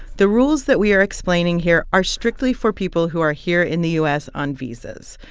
the rules that we are explaining here are strictly for people who are here in the u s. on visas.